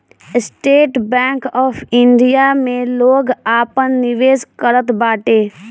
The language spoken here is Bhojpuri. स्टेट बैंक ऑफ़ इंडिया में लोग आपन निवेश करत बाटे